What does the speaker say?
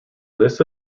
lists